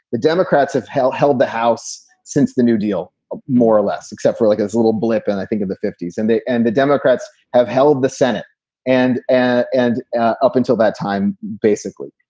the democrats have held held the house since the new deal more or less, except for like a little blip. and i think of the fifty s and they and the democrats have held the senate and and and ah up until that time, basically.